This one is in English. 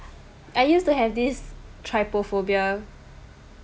I used to have this tripophobia